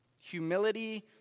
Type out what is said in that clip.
Humility